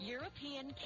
European